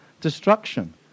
destruction